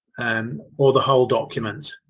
and or the whole document